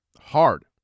hard